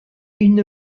une